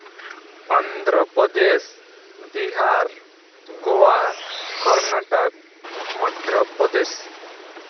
Andhra Pradesh Bihar Goa Karnataka Madhya Pradesh